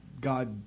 God